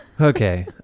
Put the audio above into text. okay